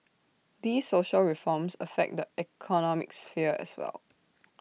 these social reforms affect the economic sphere as well